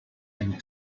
and